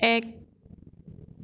এক